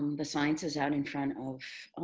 the science is out in front of